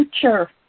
future